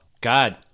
God